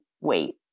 wait